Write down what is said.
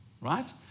right